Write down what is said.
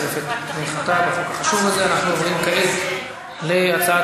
להוסיף את תמיכתה בהצעת החוק,